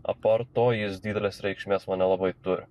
apart to jis didelės reikšmės man nelabai turi